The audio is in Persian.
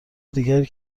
دیگری